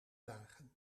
dagen